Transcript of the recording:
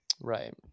Right